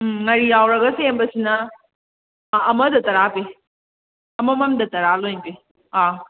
ꯉꯥꯔꯤ ꯌꯥꯎꯔꯒ ꯁꯦꯝꯕꯁꯤꯅ ꯑꯃꯗ ꯇꯔꯥ ꯄꯤ ꯑꯃꯃꯝꯗ ꯇꯔꯥ ꯂꯣꯏꯅ ꯄꯤ ꯑꯥ